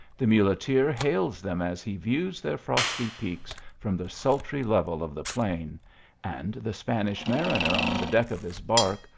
the muleteer hails them as he views their frosty peaks from the sultry level of the plain and the spanish manner on the deck of his bark,